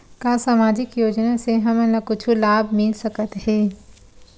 का सामाजिक योजना से हमन ला कुछु लाभ मिल सकत हे?